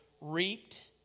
reaped